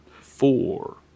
four